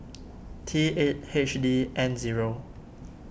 T eight H D N zero